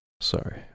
sorry